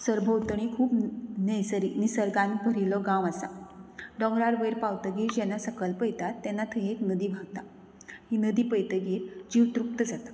सरभोंवतणीं खूब नैसरी निसर्गान भरिल्लो गांव आसा डोंगरार वयर पावतगीर जेन्ना सकयल पळयतात तेन्ना थंय एक नदी व्हांवता ही नदी पयतगीर जीव तृप्त जाता